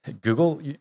Google